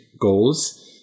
goals